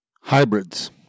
hybrids